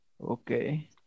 Okay